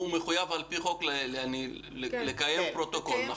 הוא מחויב, על-פי חוק, לקיים פרוטוקול.